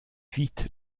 vite